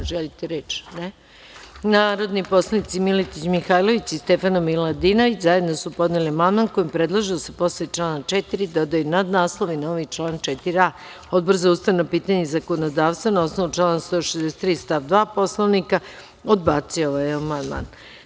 Da li neko želi reč? (Ne.) Narodni poslanici Miletić Mihajlović i Stefana Miladinović zajedno su podneli amandman kojim predlažu da se posle člana 4. dodaju nadnaslov i novi član 4a. Odbor za ustavna pitanja i zakonodavstvo, na osnovu člana 163. stav 2. Poslovnika, odbacio je ovaj amandman.